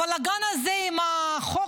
הבלגן הזה עם חוק